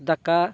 ᱫᱟᱠᱟ